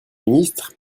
ministre